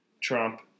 Trump